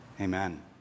Amen